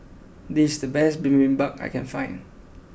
this is the best Bibimbap I can find